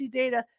data